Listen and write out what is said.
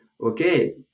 okay